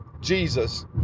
Jesus